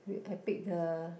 wait I pick the